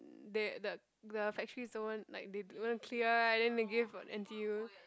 they the the factory don't want like they don't want clear right then they give uh N_T_U